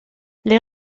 les